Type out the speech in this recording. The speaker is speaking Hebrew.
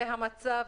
זה המצב,